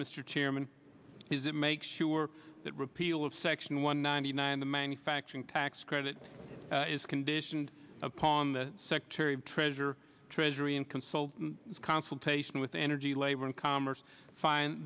mr chairman is it make sure that repeal of section one ninety nine the manufacturing tax credit is conditioned upon the secretary of treasury treasury and consult consultation with energy labor and commerce fin